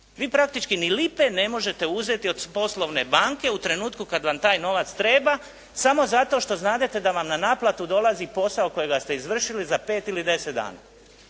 Vi praktički niti lipe ne možete uzeti od poslovne banke u trenutku kada vam taj novac treba samo zato što znadete da vam na naplatu dolazi posao kojega ste izvršili za pet ili 10 dana.